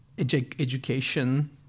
education